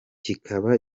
kikaba